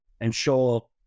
ensure